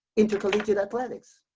intercollegiate athletics